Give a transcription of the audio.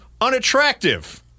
unattractive